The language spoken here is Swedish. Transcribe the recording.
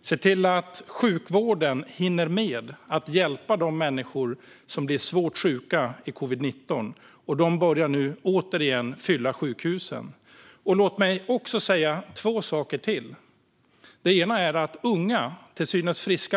Se till att sjukvården hinner med att hjälpa de människor som blir svårt sjuka i covid-19! De börjar nu återigen fylla sjukhusen. Låt mig också säga något till er som är unga och till synes friska.